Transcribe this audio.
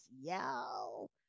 yell